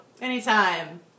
anytime